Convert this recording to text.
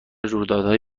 رویدادهای